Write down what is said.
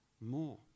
more